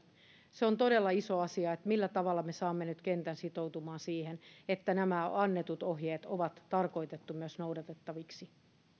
se on todella iso asia millä tavalla me saamme nyt kentän sitoutumaan siihen että nämä annetut ohjeet on tarkoitettu myös noudatettaviksi